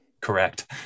correct